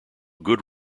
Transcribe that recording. good